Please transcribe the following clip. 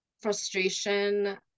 frustration